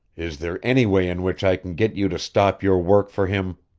is there any way in which i can get you to stop your work for him?